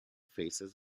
faces